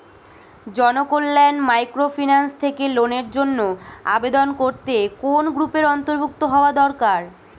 Janakalyan microfinance থেকে লোনের জন্য আবেদন করতে কোন গ্রুপের অন্তর্ভুক্ত হওয়া দরকার?